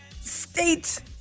state